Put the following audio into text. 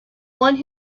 one